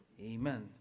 amen